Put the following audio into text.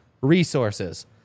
resources